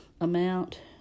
amount